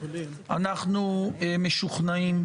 אנחנו משוכנעים,